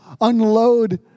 unload